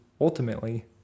ultimately